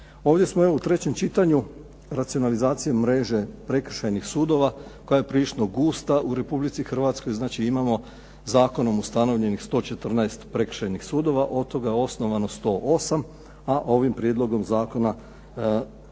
Ovdje smo evo u trećem čitanju racionalizacije mreže prekršajnih sudova koja je prilično gusta u Republici Hrvatskoj, znači imamo zakonom ustanovljenih 114 prekršajnih sudova, od toga osnovano 108, a ovim prijedlogom zakona želimo